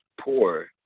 poor